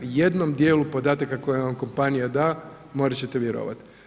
Jednom dijelu podataka koje vam kompanija da morat ćete vjerovat.